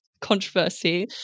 controversy